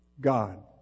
God